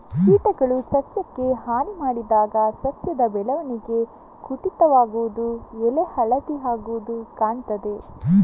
ಕೀಟಗಳು ಸಸ್ಯಕ್ಕೆ ಹಾನಿ ಮಾಡಿದಾಗ ಸಸ್ಯದ ಬೆಳವಣಿಗೆ ಕುಂಠಿತವಾಗುದು, ಎಲೆ ಹಳದಿ ಆಗುದು ಕಾಣ್ತದೆ